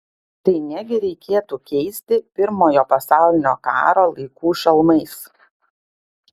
tai negi reikėtų keisti pirmojo pasaulinio karo laikų šalmais